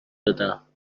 دادم